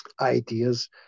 ideas